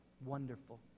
wonderful